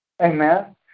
Amen